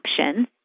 options